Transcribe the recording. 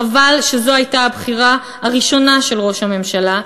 חבל שזו הייתה הבחירה הראשונה של ראש הממשלה,